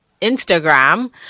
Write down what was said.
Instagram